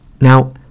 Now